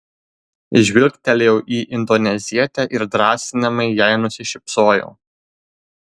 žvilgtelėjau į indonezietę ir drąsinamai jai nusišypsojau